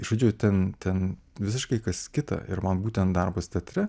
žodžiu ten ten visiškai kas kita ir man būtent darbas teatre